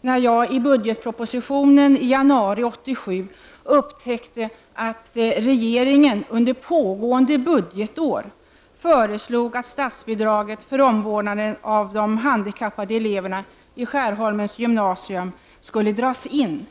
när jag upptäckte i budgetpropositionen i januari 1987 att regeringen under pågående budgetår hade föreslagit att statsbidraget för omvårdnaden av de handikappade eleverna vid Skärholmens gymnasium skulle dras in.